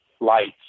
Lights